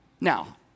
Now